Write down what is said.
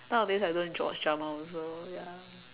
some of days I don't watch drama also ya